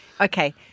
Okay